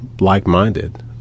like-minded